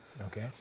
Okay